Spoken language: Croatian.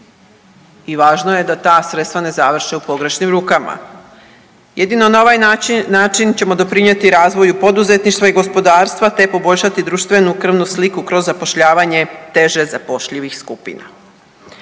I važno je da ta sredstva ne završe u pogrešnim rukama. Jedino na ovaj način ćemo doprinijeti razvoju poduzetništva i gospodarstva te poboljšati društvenu krvnu sliku kroz zapošljavanje teže zapošljivih skupina.